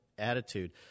attitude